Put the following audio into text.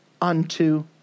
unto